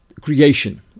creation